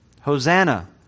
Hosanna